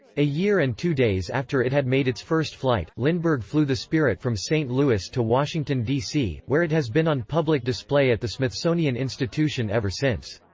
a year and two days after it had made its first flight, lindbergh flew the spirit from st. louis to washington, d c where it has been on public display at the smithsonian institution ever since.